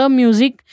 music